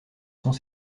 sont